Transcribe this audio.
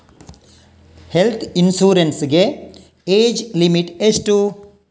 Health insurance ಗೆ age limit ಎಷ್ಟು?